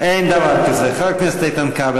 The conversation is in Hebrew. אין דבר כזה, חבר הכנסת כבל.